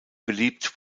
beliebt